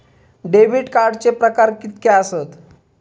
Debit कार्डचे प्रकार कीतके आसत?